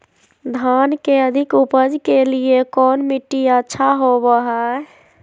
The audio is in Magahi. धान के अधिक उपज के लिऐ कौन मट्टी अच्छा होबो है?